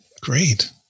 Great